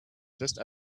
just